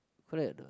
correct or not